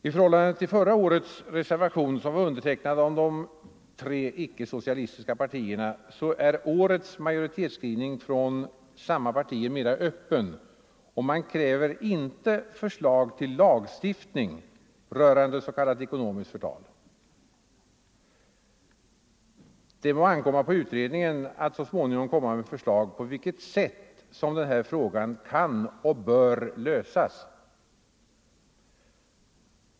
I förhållande till förra årets reservation, som var undertecknad av de tre icke-socialistiska partierna, är årets majoritetsskrivning från dessa partier mera öppen, och man kräver inte förslag till lagstiftning rörande s.k. ekonomiskt förtal. Det må ankomma på utredningen att så småningom framlägga förslag om på vilket sätt den här frågan kan och bör lösas.